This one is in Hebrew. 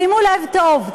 שימו לב טוב,